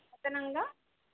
అదనంగా